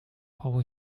brauche